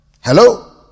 Hello